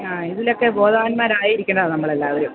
ആ ഇതിലൊക്കെ ബോധവാന്മാരായിരിക്കണം നമ്മൾ എല്ലാവരും